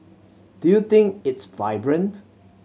do you think it's vibrant